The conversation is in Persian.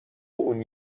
اون